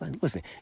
Listen